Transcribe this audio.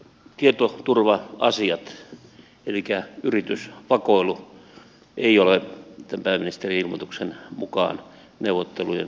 tietoturva asiat elikkä yritysvakoilu eivät ole tämän pääministerin ilmoituksen mukaan neuvottelujen asialistalla